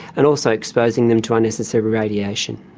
and also exposing them to unnecessary radiation.